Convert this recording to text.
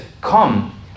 come